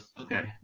okay